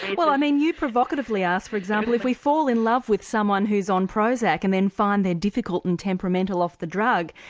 well i mean you provocatively ask for example if we fall in love with someone who's on prozac and then find they are difficult and temperamental off the drug,